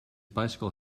bicycle